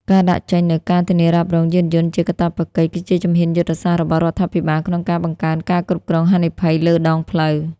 ការដាក់ចេញនូវការធានារ៉ាប់រងយានយន្តជាកាតព្វកិច្ច គឺជាជំហានយុទ្ធសាស្ត្ររបស់រដ្ឋាភិបាលក្នុងការបង្កើនការគ្រប់គ្រងហានិភ័យលើដងផ្លូវ។